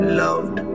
loved